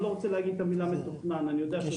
אני לא רוצה להגיד את המילה מתוכנן כי אני יודע שאנחנו